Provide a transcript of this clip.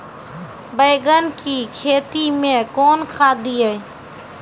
बैंगन की खेती मैं कौन खाद दिए?